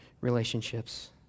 relationships